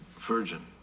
Virgin